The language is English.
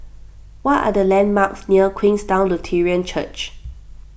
what are the landmarks near Queenstown Lutheran Church